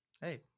Hey